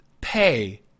pay